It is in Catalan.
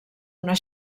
una